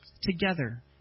together